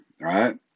right